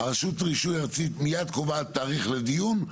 רשות הרישוי הארצית מיד קובעת תאריך לדיון.